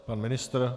Pan ministr?